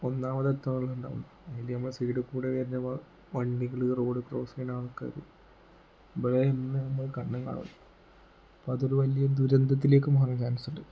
ഒന്നാമത് എത്തുവോളം ഉണ്ടാകും അതിൽ നമ്മളുടെ സൈഡിൽ കൂടി വരുന്ന വണ്ടികൾ റോഡ് ക്രോസ് ചെയ്യുന്ന ആൾക്കാർ ഇവിടെ നിന്ന് നമ്മൾ കണ്ണും കാണില്ല അപ്പം അതൊരു വലിയ ദുരന്തത്തിലേക്ക് മാറാൻ ചാൻസുണ്ട്